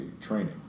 training